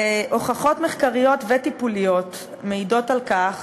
הוכחות מחקריות וטיפוליות מעידות על כך